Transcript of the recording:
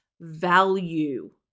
value